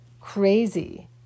crazy